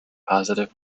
positive